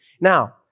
Now